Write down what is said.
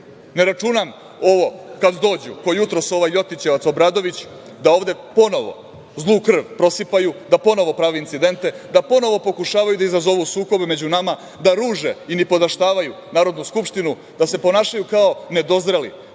Ne računam ovo kad dođu, kao jutros ovaj ljotićevac Obradović, da ovde ponovo zlu krv prosipaju, da ponovo prave incidente, da ponovo pokušavaju da izazovu sukobe među nama, da ruže i nipodaštavaju Narodnu skupštinu, da se ponašaju kao nedozreli,